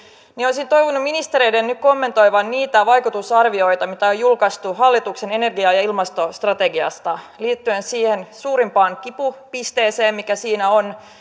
niin olisin toivonut ministereiden nyt kommentoivan niitä vaikutusarvioita mitä on julkaistu hallituksen energia ja ja ilmastostrategiasta liittyen siihen suurimpaan kipupisteeseen mikä siinä on